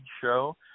show